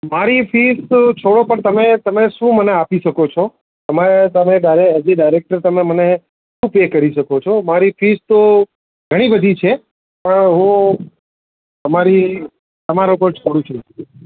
મારી ફીઝ છોડો પણ તમે તમે શું મને આપી શકો છો એમાં તમે જ્યારે એઝ અ ડાયરેક્ટર તમે મને શું પે કરી શકો છો મારી ફીઝ તો ઘણી બધી છે પણ હું તમારી તમારા પર છોડું છું